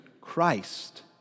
Christ